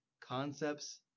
concepts